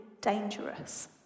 dangerous